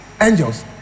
angels